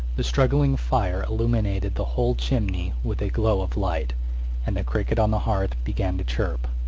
the struggling fire illuminated the whole chimney with a glow of light and the cricket on the hearth began to chirp!